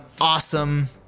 awesome